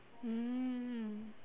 mm